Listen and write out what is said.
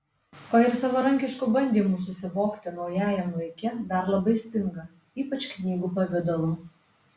o ir savarankiškų bandymų susivokti naujajam laike dar labai stinga ypač knygų pavidalu